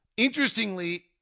Interestingly